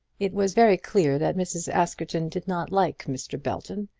it was very clear that mrs. askerton did not like mr. belton,